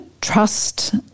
trust